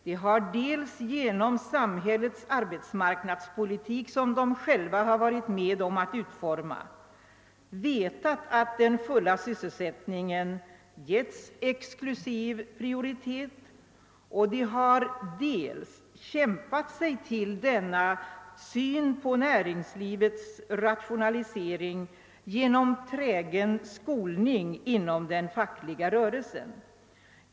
Dels har de genom samhällets arbetsmarknadspolitik — som de själva varit med om att utforma — vetat att den fulla sysselsättningen givits exklusiv prioritet och dels har de kämpat sig till denna syn på näringslivets rationaliseringar genom trägen skolning inom den fackliga rörelsen.